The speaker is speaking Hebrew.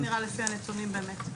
זה מה שנראה לפי הנתונים באמת,